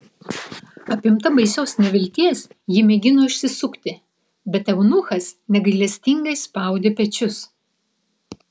apimta baisios nevilties ji mėgino išsisukti bet eunuchas negailestingai spaudė pečius